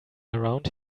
around